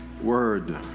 word